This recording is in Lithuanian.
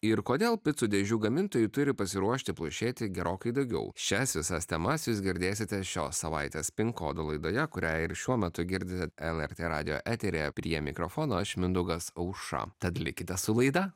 ir kodėl picų dėžių gamintojai turi pasiruošti plušėti gerokai daugiau šias visas temas jūs girdėsite šios savaitės pin kodo laidoje kurią ir šiuo metu girdite lrt radijo eteryje prie mikrofono aš mindaugas aušra tad likite su laida